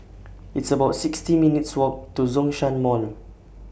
It's about sixty minutes' Walk to Zhongshan Mall